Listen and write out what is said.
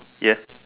yes